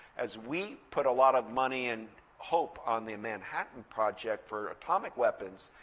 as we put a lot of money and hope on the manhattan project for atomic weapons,